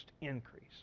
increase